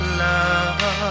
love